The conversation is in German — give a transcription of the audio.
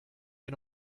dir